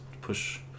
push